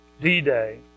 D-Day